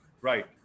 Right